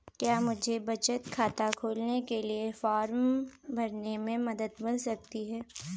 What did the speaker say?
क्या मुझे बचत खाता खोलने के लिए फॉर्म भरने में मदद मिल सकती है?